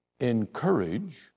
encourage